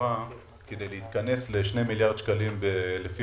כדי להתכנס ל-2 מיליארד שקלים לפי